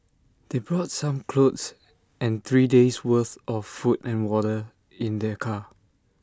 they brought some clothes and three days'worth of food and water in their car